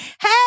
hey